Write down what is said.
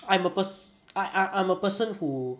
I'm a pers~ I I'm a person who